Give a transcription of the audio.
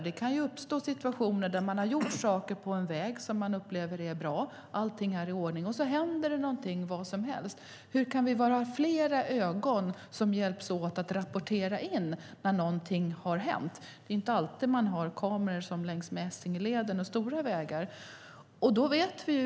Det kan uppstå situationer där man har gjort saker på en väg och som man upplever är bra och allting är i ordning, och så händer det något. Hur kan vi bli fler som hjälps åt att rapportera in när någonting har hänt? Det är inte alltid som man har kameror som längs med Essingeleden och andra stora vägar.